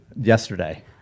yesterday